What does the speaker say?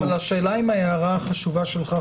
אבל השאלה היא האם ההערה החשובה שלך,